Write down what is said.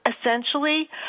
Essentially